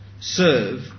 serve